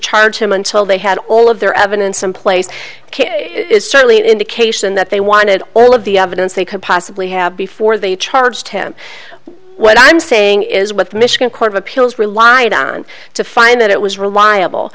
charge him until they had all of their evidence in place is certainly an indication that they wanted all of the evidence they could possibly have before they charge him what i'm saying is what the michigan court of appeals relied on to find that it was reliable